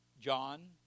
John